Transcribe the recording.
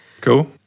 Cool